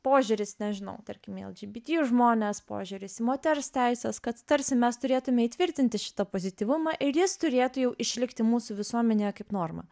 požiūris nežinau tarkim į lgbt žmones požiūris į moters teises kad tarsi mes turėtume įtvirtinti šitą pozityvumą ir jis turėtų jau išlikti mūsų visuomenėje kaip norma